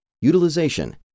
utilization